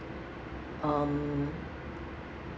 um